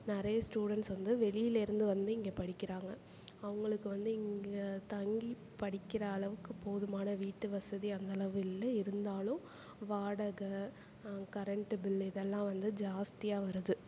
நிறைய ஸ்டூடெண்ட்ஸ் வந்து வெளிலருந்து வந்து இங்கே படிக்கிறாங்க அவங்களுக்கு வந்து இங்கே தங்கி படிக்கிற அளவுக்கு போதுமான வீட்டு வசதி அந்த அளவு இல்லை இருந்தாலும் வாடகை கரண்ட்டு பில்லு இதெல்லாம் வந்து ஜாஸ்தியாக வருது